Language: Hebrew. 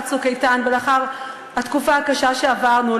"צוק איתן" ולאחר התקופה הקשה שעברנו,